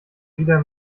wieder